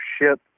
ship